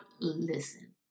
Listen